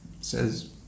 says